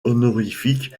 honorifiques